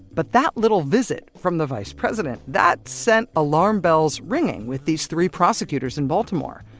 but that little visit from the vice president, that sent alarm bells ringing with these three prosecutors in baltimore.